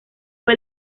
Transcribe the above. fue